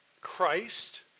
Christ